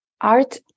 art